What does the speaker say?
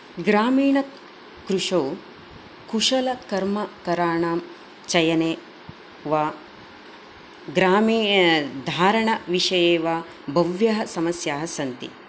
ग्रामीणकृषौ कुशलकर्मकराणां चयने वा ग्रामे धारणविषये वा बव्ह्यः समस्याः सन्ति